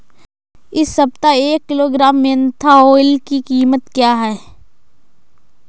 इस सप्ताह एक किलोग्राम मेन्था ऑइल की कीमत क्या है?